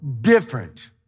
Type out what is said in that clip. different